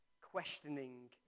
questioning